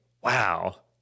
wow